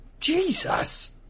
Jesus